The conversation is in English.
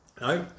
No